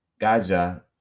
Gaja